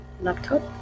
laptop